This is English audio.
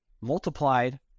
multiplied